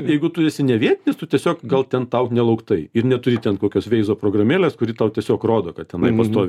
jeigu tu esi ne vietinis tu tiesiog gal ten tau nelauktai ir neturi ten kokios veizo programėlės kuri tau tiesiog rodo kad tenai pastoviai